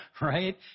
right